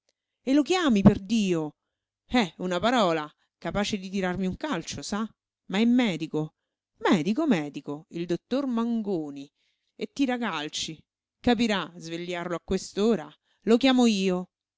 e lo chiami perdio eh una parola capace di tirarmi un calcio sa ma è medico medico medico il dottor mangoni e tira calci capirà svegliarlo a quest'ora lo chiamo io